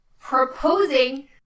proposing